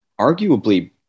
arguably